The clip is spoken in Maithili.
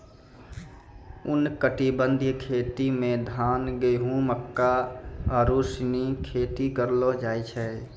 उष्णकटिबंधीय खेती मे धान, गेहूं, मक्का आरु सनी खेती करलो जाय छै